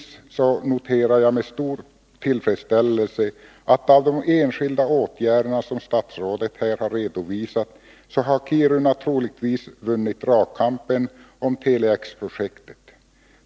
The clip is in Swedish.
Av statsrådets redogörelse för åtgärder framgår — och det noterar jag med stor tillfredsställelse — att Kiruna troligtvis har vunnit dragkampen om projektet Tele-X.